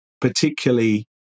particularly